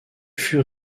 fut